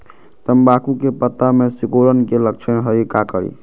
तम्बाकू के पत्ता में सिकुड़न के लक्षण हई का करी?